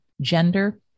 gender